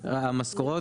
המשכורות.